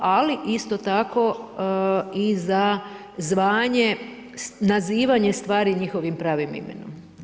Ali isto tako i za zvanje, nazivanje stvari njihovim pravim imenom.